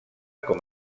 com